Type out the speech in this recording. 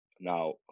Now